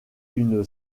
une